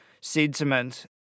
sentiment